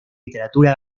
literatura